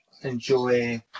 enjoy